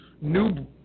new